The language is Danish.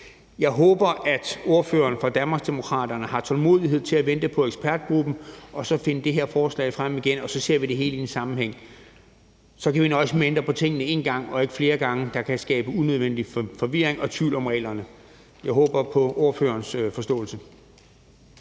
Jeg håber, at ordføreren for Danmarksdemokraterne har tålmodighed til at vente på ekspertgruppen og så finde det her forslag frem igen, og så ser vi det hele i en sammenhæng. Så kan vi nøjes med at ændre på tingene én gang og ikke flere gange, hvilket kan skabe unødvendig forvirring og tvivl om reglerne. Jeg håber på ordførerens forståelse.